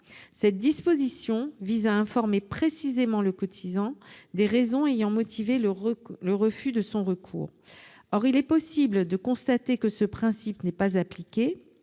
Cette disposition vise à informer précisément le cotisant des raisons ayant motivé le refus de son recours. Or il est possible de constater que ce principe n'est pas appliqué.